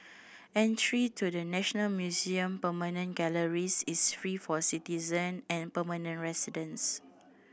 entry to the National Museum permanent galleries is free for citizen and permanent residents